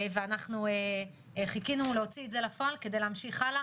ואנחנו חיכינו להוציא את זה לפועל כדי להמשיך הלאה,